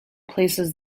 places